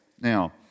Now